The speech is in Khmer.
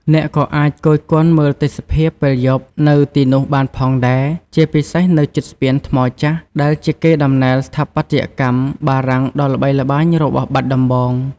អ្នកក៏អាចគយគន់មើលទេសភាពពេលយប់នៅទីនោះបានផងដែរ ជាពិសេសនៅជិតស្ពានថ្មចាស់ ដែលជាកេរដំណែលស្ថាបត្យកម្មបារាំងដ៏ល្បីល្បាញរបស់បាត់ដំបង។